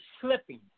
slipping